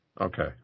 Okay